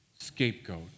scapegoat